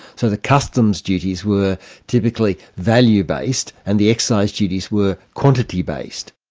so the customs duties were typically value-based, and the excise duties were quantity based.